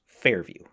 fairview